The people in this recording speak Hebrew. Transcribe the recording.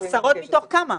עשרות מתוך כמה?